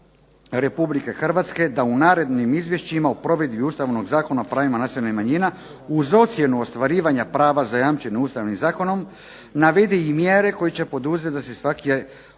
Republike Hrvatske da u narednim izvješćima o provedbi Ustavnog zakona o pravima nacionalnih manjina, uz ocjenu ostvarivanja prava zajamčenih Ustavnih zakona navede i mjere koje će poduzeti da se svaki od